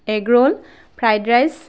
egg roll fried rice